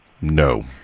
No